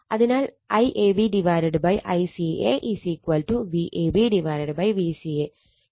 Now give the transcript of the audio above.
അതിനാൽ IAB ICA VabVca